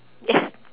ya